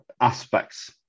aspects